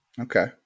Okay